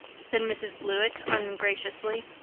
said mrs. blewett ungraciously.